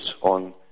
on